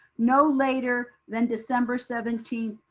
no later than december seventeenth,